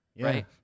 right